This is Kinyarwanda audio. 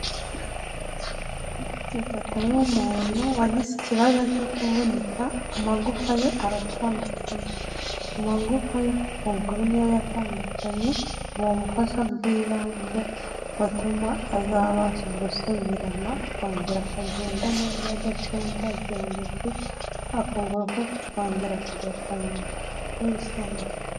Bityo fata iyo umuntu wagize ikibazo cyo kuvunika amagufa ye aratandukana, amagufa yo kukuguru ni yo yatandukanye, bamuha ubufasha bw'ibanze watuma azabasha gusubirana akongera akagendana adacumbagira ndetse ukuguru kwe kukongera kugakomera nk'ibisanzwe.